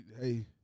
hey